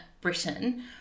Britain